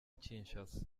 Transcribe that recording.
kinshasa